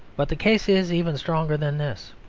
but the case is even stronger than this.